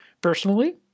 Personally